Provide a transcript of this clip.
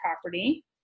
property